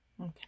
Okay